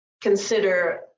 Consider